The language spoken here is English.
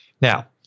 Now